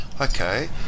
Okay